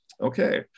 Okay